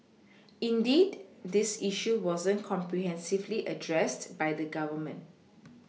indeed this issue wasn't comprehensively addressed by the Government